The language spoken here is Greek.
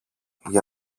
για